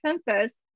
senses